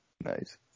Nice